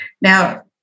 Now